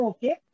Okay